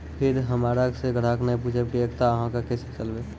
फिर हमारा से ग्राहक ने पुछेब की एकता अहाँ के केसे चलबै?